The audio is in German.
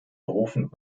berufen